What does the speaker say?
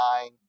nine